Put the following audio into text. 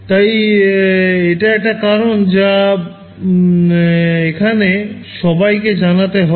তাই এটা একটা কারণ যা এখানে সবাইকে জানাতে হবে